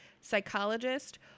psychologist